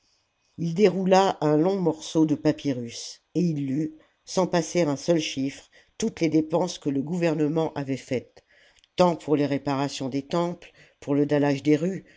il déroula un long morceau de papyrus et il lut sans passer un seul chiffre toutes les dépenses que le gouvernement avait faites tant pour les réparations des temples pour le dallage des rues